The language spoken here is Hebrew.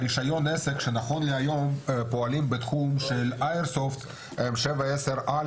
רישיון העסק שנכון להיום פועל בתחום של איירסופט הוא 7.10א